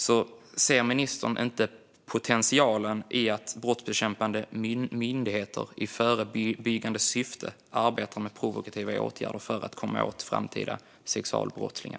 Ser inte ministern potentialen i att brottsbekämpande myndigheter i förebyggande syfte arbetar med provokativa åtgärder för att komma åt framtida sexualbrottslingar?